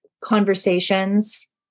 conversations